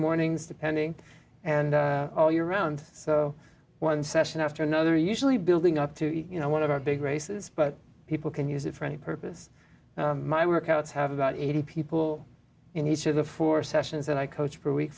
mornings depending and all year round so one session after another usually building up to you know one of our big races but people can use it for any purpose my workouts have about eighty people in each of the four sessions that i coach per week